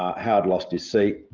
howard lost his seat.